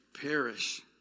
perish